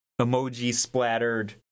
emoji-splattered